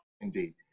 indeed